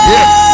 Yes